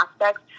aspects